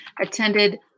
attended